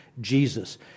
Jesus